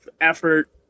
effort